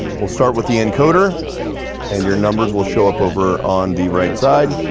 we'll start with the encoder and your numbers will show up over on the right side,